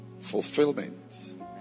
fulfillment